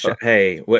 Hey